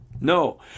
No